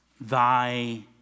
thy